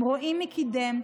הם רואים מי קידם.